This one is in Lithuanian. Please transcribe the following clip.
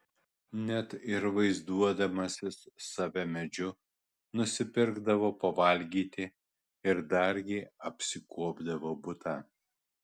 net ir vaizduodamasis save medžiu nusipirkdavo pavalgyti ir dargi apsikuopdavo butą